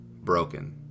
broken